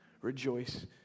rejoice